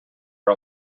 are